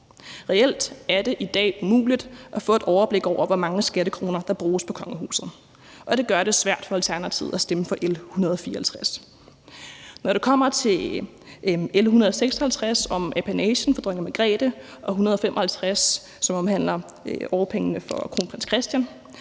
Reelt er det i dag umuligt at få et overblik over, hvor mange skattekroner der bruges på kongehuset, og det gør det svært for Alternativet at stemme for L 154. Når det kommer til L 156 om apanagen for dronning Margrethe og L 155, som omhandler årpengene for kronprins Christian,